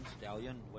Stallion